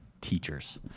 teachers